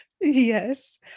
yes